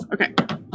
Okay